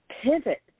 pivot